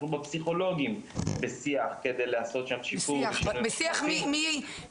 אנחנו בפסיכולוגים בשיח כדי לעשות שם שיפור --- רק בשיח ממאי,